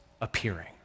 appearing